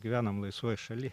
gyvenam laisvoj šaly